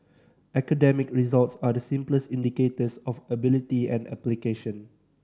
academic results are the simplest indicators of ability and application